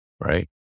right